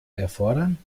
erfordern